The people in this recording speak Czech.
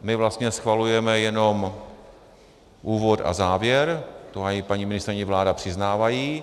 My vlastně schvalujeme jenom úvod a závěr, to i paní ministryně a vláda přiznávají.